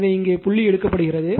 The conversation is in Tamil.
எனவே இங்கே புள்ளி எடுக்கப்படுகிறது